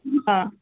હા